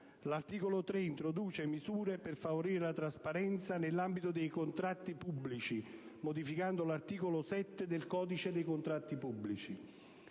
L'articolo 3 introduce misure per favorire la trasparenza nell'ambito dei contratti pubblici modificando l'articolo 7 del codice dei contratti pubblici.